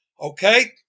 okay